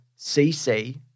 CC